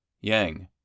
Yang